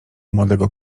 młodego